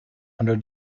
under